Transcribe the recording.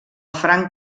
franc